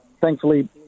Thankfully